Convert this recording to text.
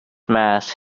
mass